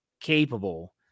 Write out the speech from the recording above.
capable